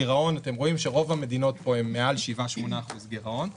אתם רואים שרוב המדינות פה הן מעל 7%-8% גירעון,